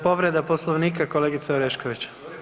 Povreda Poslovnika kolegice Orešković.